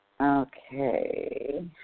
Okay